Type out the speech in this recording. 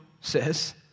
says